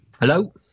Hello